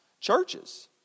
churches